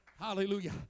Hallelujah